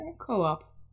co-op